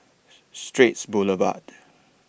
Straits Boulevard